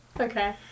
Okay